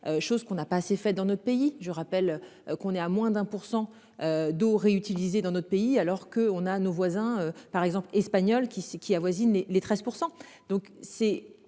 chose qu'on n'a pas assez fait dans notre pays. Je rappelle qu'on est à moins d'un pour 100 d'. Dans notre pays alors que on a nos voisins par exemple espagnol qui, qui avoisine les 13%,